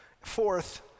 Fourth